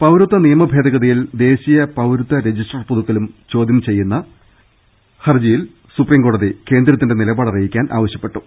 പൌരത്വ നിയമ ഭേദഗതിയും ദേശീയ പൌരത്വ രജിസ്റ്റർ പുതുക്കലും ചോദൃം ചെയ്യുന്ന ഹർജിയിൽ സുപ്രീംകോടതി കേന്ദ്രത്തിന്റെ നിലപാട് അറി യിക്കാൻ ആവശ്യപ്പെട്ടു